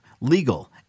legal